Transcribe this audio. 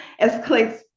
escalates